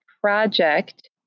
project